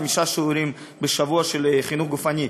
חמישה שיעורים בשבוע של חינוך גופני,